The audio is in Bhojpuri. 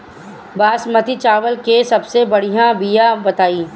बासमती चावल के सबसे बढ़िया बिया बताई?